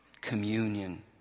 communion